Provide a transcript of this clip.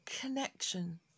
connection